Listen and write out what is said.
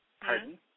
Pardon